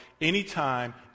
anytime